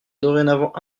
dorénavant